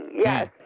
yes